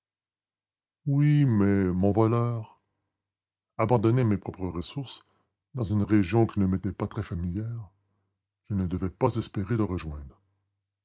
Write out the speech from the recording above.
oui mais mon voleur abandonné à mes propres ressources dans une région qui ne m'était pas très familière je ne devais pas espérer le rejoindre